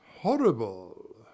Horrible